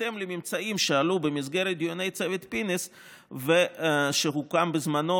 לפי ממצאים שעלו בדיוני צוות פינס שהוקם בזמנו